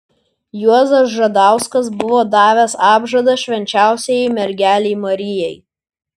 juozas žadauskas buvo davęs apžadą švenčiausiajai mergelei marijai